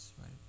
right